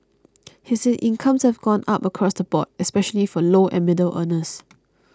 he said incomes have gone up across the board especially for low and middle earners